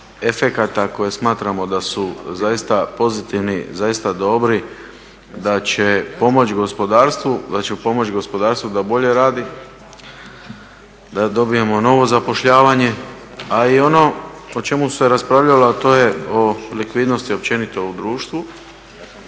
koje smatramo da su zaista pozitivni, zaista dobri, da će pomoći gospodarstvu, da će pomoći gospodarstvu da bolje radi, da dobijemo novo zapošljavanje. A i ono o čemu se raspravljalo a to je o likvidnosti općenito u društvu